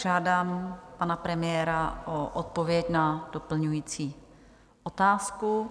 Požádám pana premiéra o odpověď na doplňující otázku.